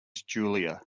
julia